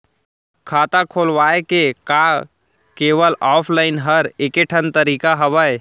खाता खोलवाय के का केवल ऑफलाइन हर ऐकेठन तरीका हवय?